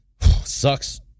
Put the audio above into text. sucks